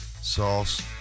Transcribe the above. Sauce